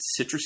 citrusy